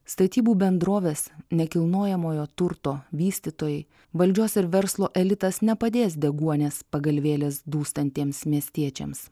statybų bendrovės nekilnojamojo turto vystytojai valdžios ir verslo elitas nepadės deguonies pagalvėlės dūstantiems miestiečiams